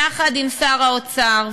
יחד עם שר האוצר,